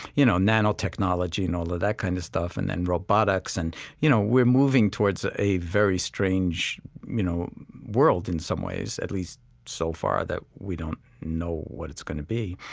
you know, nanotechnology and all of that kind of stuff and then robotics. and you know, we're moving towards a very strange you know world in some ways, at least so far that we don't know what it's going to be.